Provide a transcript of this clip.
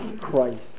Christ